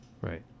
right